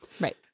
Right